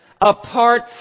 apart